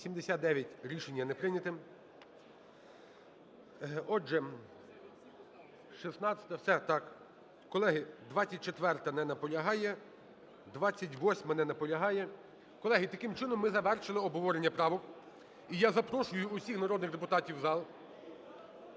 За-89 Рішення не прийнято. Отже, 16-а… все. Так, колеги, 24-а. Не наполягає. 28-а. Не наполягає. Колеги, таким чином, ми завершили обговорення правок. І я запрошую усіх народних депутатів у зал,